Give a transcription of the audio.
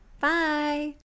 Bye